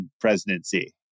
presidency